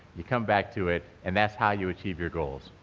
you come back to it, and that's how you achieve your goals.